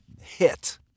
hit